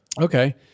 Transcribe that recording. Okay